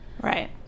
Right